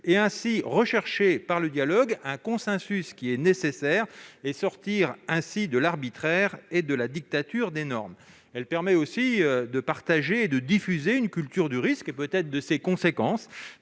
s'agit de rechercher par le dialogue un consensus qui s'avère nécessaire et de sortir ainsi de l'arbitraire et de la dictature des normes. Il s'agit aussi de partager et de diffuser une culture du risque et, peut-être, de ses conséquences,